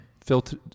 filter